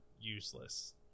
useless